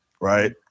right